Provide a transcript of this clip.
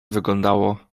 wyglądało